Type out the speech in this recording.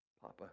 Papa